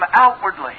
outwardly